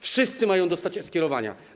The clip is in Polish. Wszyscy mają dostać e-skierowania.